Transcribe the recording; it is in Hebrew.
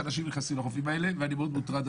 שאנשים נכנסים לחופים האלה ואני מאוד מוטרד,